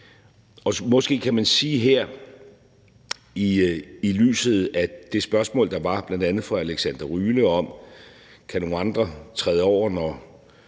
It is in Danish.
Og måske kan man sige her i lyset af det spørgsmål, der var bl.a. fra Alexander Ryle, om, hvorvidt nogle andre kan tage over, når